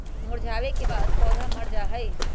मुरझावे के बाद पौधा मर जाई छई